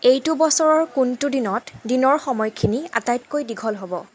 এইটো বছৰৰ কোনটো দিনত দিনৰ সময়খিনি আটাইতকৈ দীঘল হ'ব